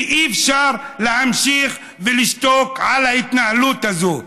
ואי-אפשר להמשיך ולשתוק על ההתנהלות הזאת.